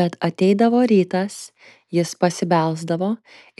bet ateidavo rytas jis pasibelsdavo